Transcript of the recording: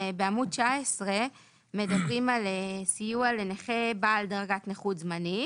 בעמוד 19 מדברים על סיוע לנכה בעל דרגת נכות זמנית